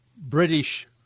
British